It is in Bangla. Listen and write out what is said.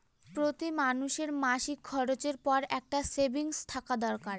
প্রতি মানুষের মাসিক খরচের পর একটা সেভিংস থাকা দরকার